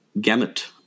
gamut